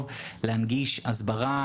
כל סוגי החומרים וכל סוגי ההתמכרויות,